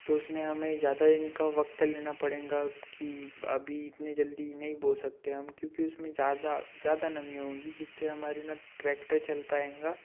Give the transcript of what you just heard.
तो उसमें हमें ज़्यादा दिन का वक़्त लेना पड़ेगा कि अभी इतनी जल्दी नहीं बो सकते हम क्योंकि उसमें ज़्यादा ज़्यादा नमी होएगी जिससे हमारा ना ट्रैक्टर चल पाएगा